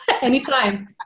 Anytime